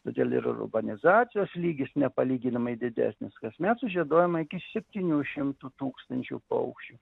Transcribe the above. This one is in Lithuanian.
todėl ir urbanizacijos lygis nepalyginamai didesnis kasmet sužieduojama iki septynių šimtų tūkstančių paukščių